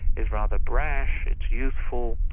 is rather brash, it's youthful,